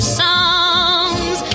songs